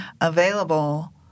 available